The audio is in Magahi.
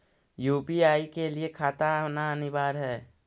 यु.पी.आई के लिए खाता होना अनिवार्य है?